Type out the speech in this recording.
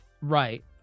Right